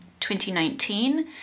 2019